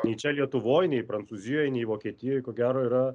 nei čia lietuvoj nei prancūzijoj nei vokietijoj ko gero yra